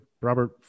Robert